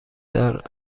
دار